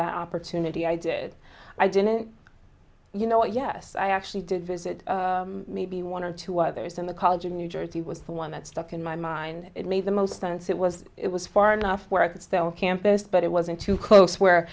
that opportunity i did i didn't you know yes i actually did visit maybe one or two others and the college of new jersey was the one that stuck in my mind it made the most sense it was it was far enough where i could still campus but it wasn't too close where